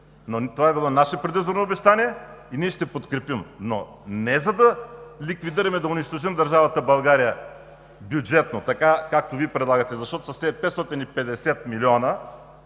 Това е било наше предизборно обещание и ние ще го подкрепим, но не за да ликвидираме, да унищожим държавата България бюджетно, както Вие предлагате, защото с тези 550 млн.